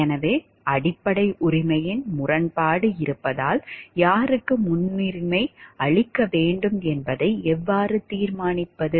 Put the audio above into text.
எனவே அடிப்படை உரிமையின் முரண்பாடு இருப்பதால் யாருக்கு முன்னுரிமை அளிக்க வேண்டும் என்பதை எவ்வாறு தீர்மானிப்பது